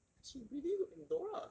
cause she really look like dora